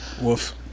Woof